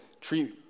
treat